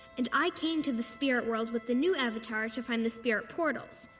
and i came to the spirit world with the new avatar to find the spirit portals.